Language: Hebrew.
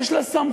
יש לה סמכויות,